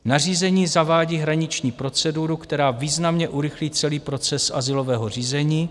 Nařízení zavádí hraniční proceduru, která významně urychlí celý proces azylového řízení.